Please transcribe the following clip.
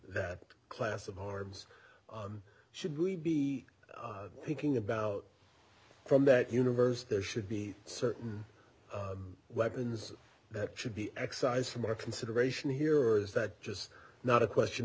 that class of arms should we be thinking about from that universe there should be certain weapons that should be excised from our consideration here or is that just not a question